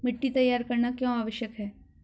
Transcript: मिट्टी तैयार करना क्यों आवश्यक है?